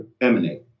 emanate